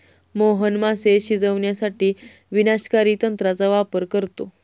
मोहन मासे शिजवण्यासाठी विनाशकारी तंत्राचा वापर करतो